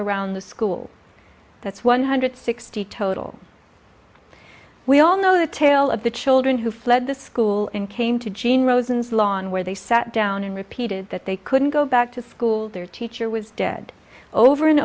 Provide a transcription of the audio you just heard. around the school that's one hundred sixty total we all know the tale of the children who fled the school and came to jeanne rosen's lawn where they sat down and repeated that they couldn't go back to school their teacher was dead over and